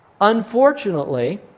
Unfortunately